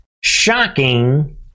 Shocking